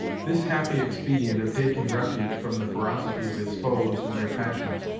this happy expedient of taking refuge from the ferocity of his foes, in their passions,